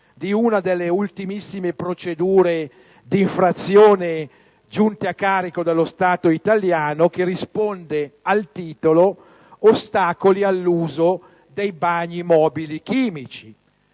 di una delle ultimissime procedure di infrazione giunta a carico dello Stato italiano, che risponde al titolo: «Ostacoli all'uso dei bagni mobili chimici),